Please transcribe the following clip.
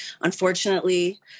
Unfortunately